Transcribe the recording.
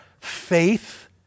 faith